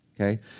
Okay